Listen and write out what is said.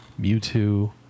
Mewtwo